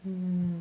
mm